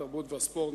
התרבות והספורט,